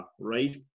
Right